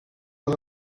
les